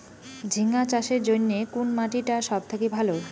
ঝিঙ্গা চাষের জইন্যে কুন মাটি টা সব থাকি ভালো?